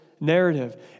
narrative